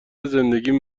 زندگیم